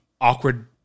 awkward